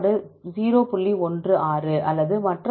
16 அல்லது மற்ற வழக்கு 0